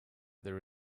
there